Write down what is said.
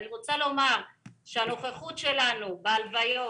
הנוכחות שלנו בהלוויות,